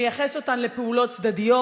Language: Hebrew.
מייחס אותן לפעולות צדדיות,